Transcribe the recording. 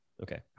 Okay